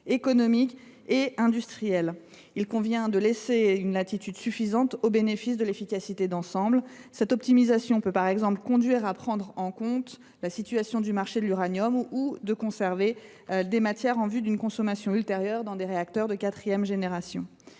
économique et industrielle à laquelle il convient de laisser une latitude suffisante, au bénéfice de l’efficacité d’ensemble. Cette optimisation peut, par exemple, conduire à prendre en compte la situation du marché de l’uranium ou à conserver des matières en vue d’une consommation ultérieure dans des réacteurs de quatrième génération.